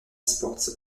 sports